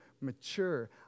mature